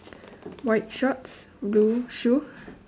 white shorts blue shoe